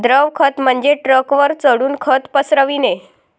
द्रव खत म्हणजे ट्रकवर चढून खत पसरविणे